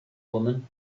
woman